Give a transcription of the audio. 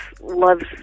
loves